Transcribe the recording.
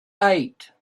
eight